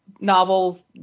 novels